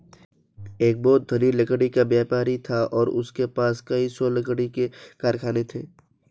एक बहुत धनी लकड़ी का व्यापारी था और उसके पास कई सौ लकड़ी के कारखाने थे